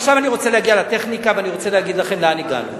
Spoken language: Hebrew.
עכשיו אני רוצה להגיע לטכניקה ואני רוצה להגיד לכם לאן הגענו.